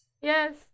Yes